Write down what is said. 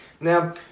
now